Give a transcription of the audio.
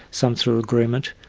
some through agreement,